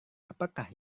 apakah